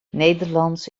nederlands